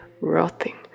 rotting